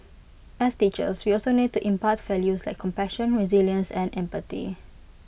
as teachers we also need to impart values like compassion resilience and empathy